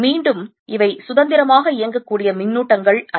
மீண்டும் இவை சுதந்திரமாக இயங்கக்கூடிய மின்னூட்டங்கள் அல்ல